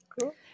Cool